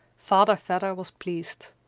father vedder was pleased.